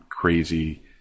crazy